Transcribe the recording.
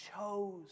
chose